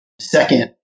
second